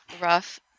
rough